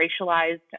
racialized